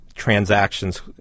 Transactions